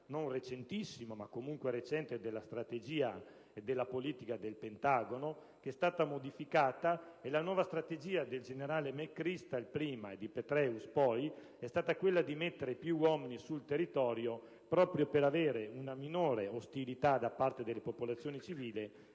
(non recentissimo, ma comunque recente) della strategia e della politica del Pentagono. La nuova strategia, prima del generale McChrystal e poi di Petraeus, è stata quella di mettere più uomini sul territorio proprio per avere una minore ostilità da parte della popolazione civile